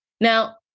Now